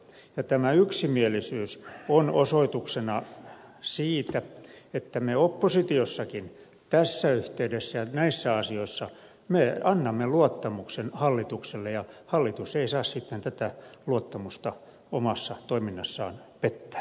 ja tästä yksimielisyydestä on osoituksena se että me oppositiossakin tässä yhteydessä ja näissä asioissa annamme luottamuksen hallitukselle ja hallitus ei saa sitten tätä luottamusta omassa toiminnassaan pettää